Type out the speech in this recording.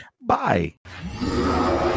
Bye